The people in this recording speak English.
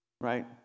Right